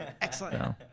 Excellent